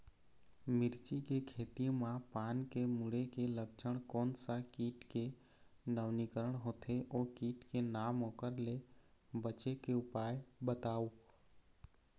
मिर्ची के खेती मा पान के मुड़े के लक्षण कोन सा कीट के नवीनीकरण होथे ओ कीट के नाम ओकर ले बचे के उपाय बताओ?